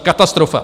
Katastrofa!